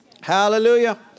Hallelujah